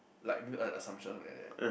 like maybe assumption or something like that